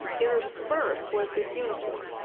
interspersed was this uniform.